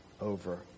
over